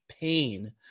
pain